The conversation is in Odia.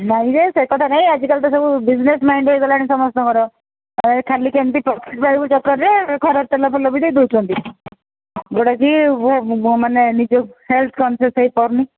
ନାଇଁ ଯେ ସେକଥା ନାହିଁ ଆଜିକାଲି ତ ସବୁ ବିଜନେସ୍ ମାଇଣ୍ଡ୍ ହୋଇଗଲାଣି ସମସ୍ତଙ୍କର ନହେଲେ ଖାଲି କେମିତି ପ୍ରଫିଟ୍ ପାଇବୁ ଚକ୍କରରେ ଖରାପ ତେଲ ଫେଲ ବି ଦେଇଦେଉଛନ୍ତି ଯୋଉଟାକି ମାନେ ନିଜ ହେଲ୍ଥ କନସିୟସ୍ ହୋଇପାରୁନି